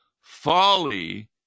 Folly